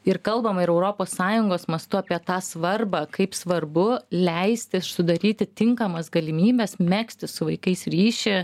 ir kalbama ir europos sąjungos mastu apie tą svarbą kaip svarbu leisti sudaryti tinkamas galimybes megzti su vaikais ryšį